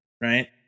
right